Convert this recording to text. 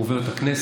הוא עובר את הכנסת,